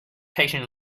patient